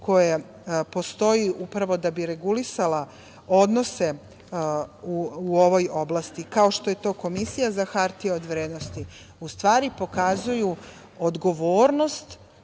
koja postoji upravo da bi regulisala odnose u ovoj oblasti, kao što je Komisija za hartija od vrednosti, u stvari pokazuju odgovornost